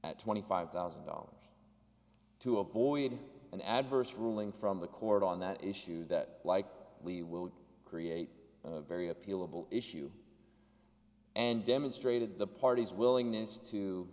at twenty five thousand dollars to avoid an adverse ruling from the court on that issue that like lee would create a very appealable issue and demonstrated the party's willingness to